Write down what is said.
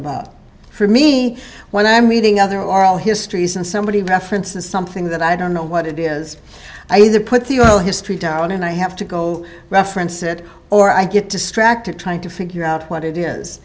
about for me when i'm reading other oral histories and somebody references something that i don't know what it is i either put the history down and i have to go reference it or i get distracted trying to figure out what it is